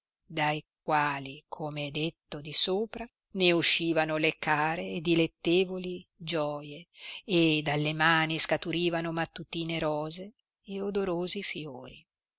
i quali come è detto di sopra ne uscivano le care e dilettevoli gioie e dalle mani scaturivano mattutine rose ed odorosi fiori